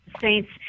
saints